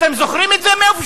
אתם זוכרים את זה מאיפשהו?